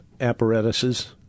apparatuses